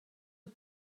aux